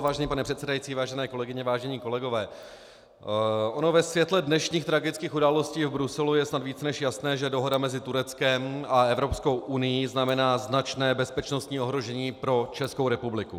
Vážený pane předsedající, vážené kolegyně, vážení kolegové, ono ve světle dnešních tragických událostí v Bruselu je snad víc než jasné, že dohoda mezi Tureckem a Evropskou unií znamená značné bezpečnostní ohrožení pro Českou republiku.